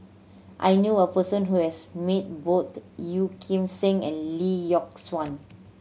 I knew a person who has meet both Yeoh Ghim Seng and Lee Yock Suan